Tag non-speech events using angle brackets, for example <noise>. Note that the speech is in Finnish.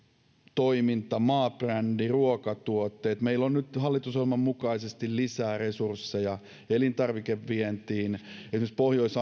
toiminta maabrändi ruokatuotteet meillä on nyt hallitusohjelman mukaisesti lisää resursseja elintarvikevientiin esimerkiksi pohjois <unintelligible>